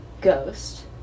Ghost